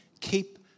Keep